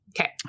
Okay